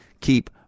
keep